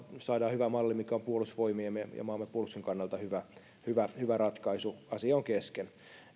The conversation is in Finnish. saadaan hyvä malli mikä on puolustusvoimien ja maamme puolustuksen kannalta hyvä hyvä ratkaisu asia on kesken